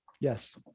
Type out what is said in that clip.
Yes